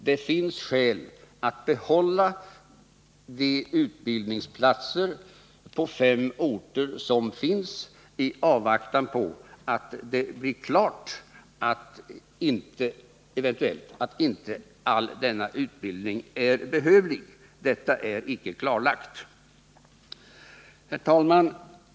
Det finns skäl att behålla de utbildningsplatser som finns på fem orter i avvaktan på att det blir klart om all denna utbildning eventuellt inte är behövlig. Detta är icke klarlagt. Herr talman!